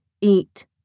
eat